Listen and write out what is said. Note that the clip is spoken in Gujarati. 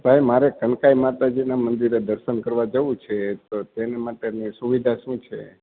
ભાઈ મારે ચકઇ માતાજીના મંદિરે દર્શન કરવા જવું છે તો તેની માટેની સુવિધા શું છે